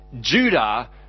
Judah